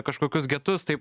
kažkokius getus tai